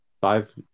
Five